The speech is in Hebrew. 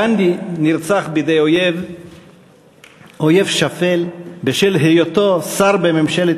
גנדי נרצח בידי אויב שפל בשל היותו שר בממשלת